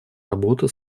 работу